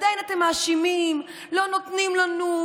עדיין אתם מאשימים: לא נותנים לנו,